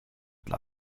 dla